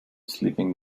sleeping